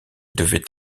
devait